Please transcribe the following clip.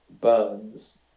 burns